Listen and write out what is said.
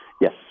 Yes